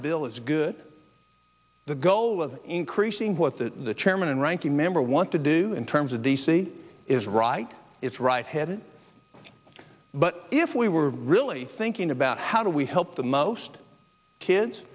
the bill is good the goal of increasing what the chairman and ranking member want to do in terms of d c is right it's right headed but if we were really thinking about how do we help the most kids